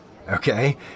Okay